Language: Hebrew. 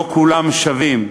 לא כולם שווים.